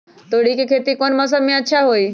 तोड़ी के खेती कौन मौसम में अच्छा होई?